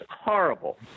horrible